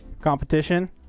competition